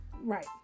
Right